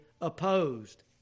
opposed